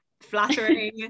flattering